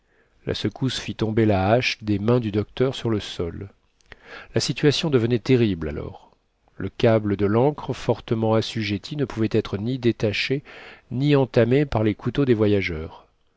la secousse fit tomber la hache des mains du docteur sur le sol la situation devenait terrible alors le câble de l'ancre fortement assujetti ne pouvait être ni détaché ni entamé par les couteaux des voyageurs